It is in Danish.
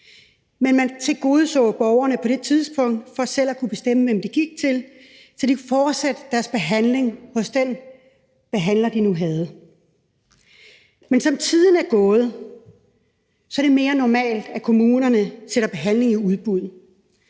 men man tilgodeså borgerne på det tidspunkt, i forhold til at de selv kunne bestemme, hvem de gik til, så de kunne fortsætte deres behandling hos den behandler, de nu havde. Men som tiden er gået, er det blevet mere normalt, at kommunerne sætter behandlingen i udbud.